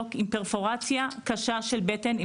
עם פרפורציה קשה של בטן,